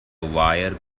wire